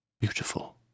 Beautiful